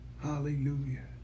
Hallelujah